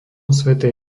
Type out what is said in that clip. svätej